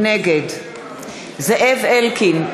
נגד זאב אלקין,